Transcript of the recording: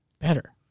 Better